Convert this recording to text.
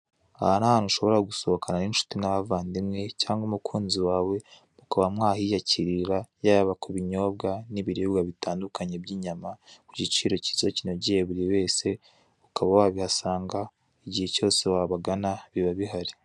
Aha nahantu ushobora gusohokana n'incuti n'abavandimwe cyangwa umukunzi wawe, mukaba mwahiyakirira yaba kubinyobwa n'ibiribwa bitandukanye byinyama kugiciro gito kinogeye buri wese, ukaba wabihasanga igihe cyose wabagana biba bihari.